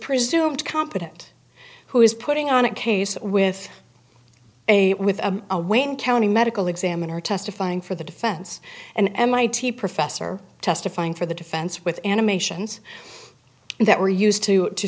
presumed competent who is putting on a case with a with a wayne county medical examiner testifying for the defense an mit professor testifying for the defense with animations that were used to